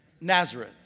Nazareth